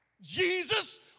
Jesus